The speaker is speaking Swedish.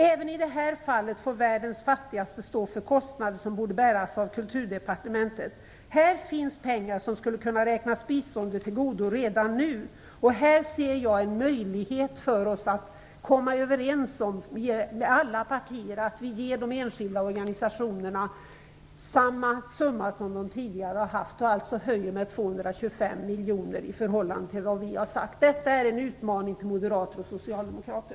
Även i det här fallet får världens fattigaste stå för kostnader som borde bäras av Kulturdepartementet. Här finns pengar som skulle kunna räknas biståndet till godo redan nu, och här ser jag en möjlighet för oss att med alla partier komma överens om att ge de enskilda organisationerna samma summa som de tidigare haft - alltså en höjning med 225 miljoner i förhållande till vad vi har sagt. Detta är en utmaning till moderater och socialdemokrater!